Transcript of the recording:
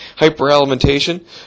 Hyperalimentation